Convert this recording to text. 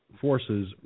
Forces